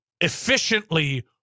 efficiently